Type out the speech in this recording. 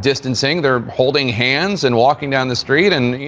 distancing. they're holding hands and walking down the street and, you